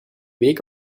weg